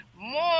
more